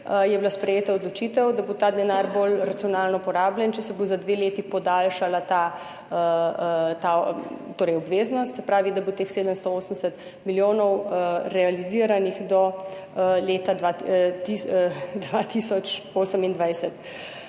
je bila sprejeta odločitev, da bo ta denar bolj racionalno porabljen, če se bo za dve leti podaljšala ta obveznost, se pravi, da bo teh 780 milijonov realiziranih do leta 2028.